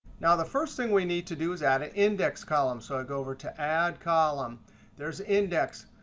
now, the first thing we need to do is add an index column. so i go over to add column. there's index.